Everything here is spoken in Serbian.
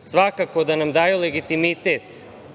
svakako da nam daju legitimitet